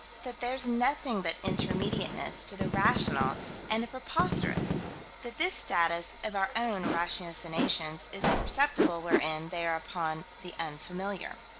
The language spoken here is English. that there's nothing but intermediateness to the rational and the preposterous that this status of our own ratiocinations is perceptible wherein they are upon the unfamiliar.